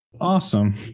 Awesome